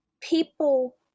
people